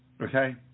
Okay